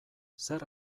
zer